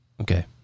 Okay